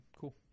Cool